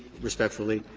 respectfully,